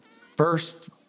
first